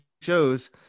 shows